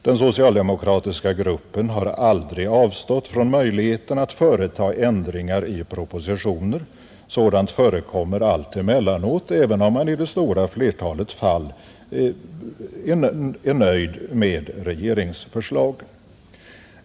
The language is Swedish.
Den socialdemokratiska gruppen har aldrig avstått från möjligheten att vidta ändringar i propositioner. Sådant förekommer allt emellanåt, även om man i det stora flertalet fall är nöjd med regeringsförslagen.